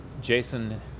Jason